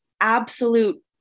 absolute